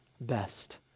best